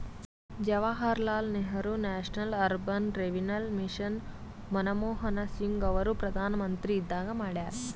Jawaharlal Nehru National Urban Renewal Mission Manmohan Singh ಅವರು ಪ್ರಧಾನ್ಮಂತ್ರಿ ಇದ್ದಾಗ ಮಾಡ್ಯಾರ್